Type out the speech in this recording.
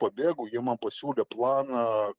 pabėgau jie man pasiūlė planą